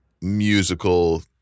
musical